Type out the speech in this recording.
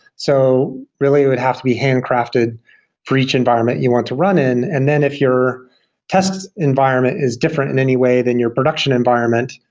so really it would have to be handcrafted for each environment you want to run in and then if your test environment is different in any way than your production environment,